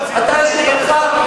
אתה מבחינתך,